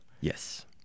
Yes